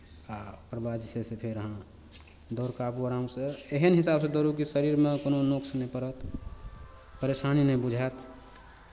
ओकरबाद जे छै से फेर अहाँ दौड़ केऽ आबू आरामसँ एहन हिसाबसँ दौड़ू कि शरीरमे कोनो नुक्स नहि करत परेशानी नहि बुझायत